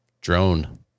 drone